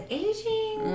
aging